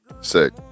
Sick